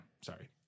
sorry